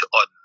on